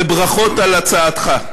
וברכות על הצעתך.